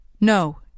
No